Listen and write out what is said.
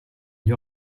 gli